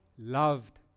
Loved